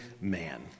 man